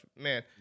man